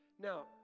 Now